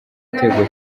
igitego